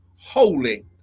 holy